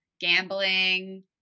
gambling